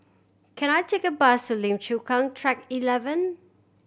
can I take a bus to Lim Chu Kang Track Eleven